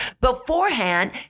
beforehand